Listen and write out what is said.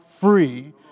free